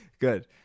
good